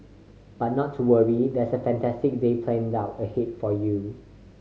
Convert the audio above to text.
but not to worry there's a fantastic day planned out ahead for you